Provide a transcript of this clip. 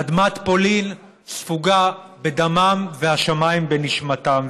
אדמת פולין ספוגה בדמם, והשמיים, בנשמתם.